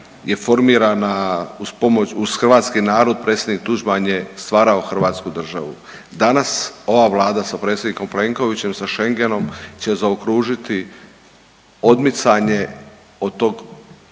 je formirana uz pomoć uz hrvatski narod predsjednik Tuđman je stvarao Hrvatsku državu, danas ova Vlada sa predsjednikom Plenkovićem, sa Schengenom će zaokružiti odmicanje od tog